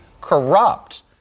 corrupt